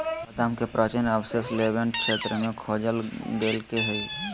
बादाम के प्राचीन अवशेष लेवेंट क्षेत्र में खोजल गैल्के हइ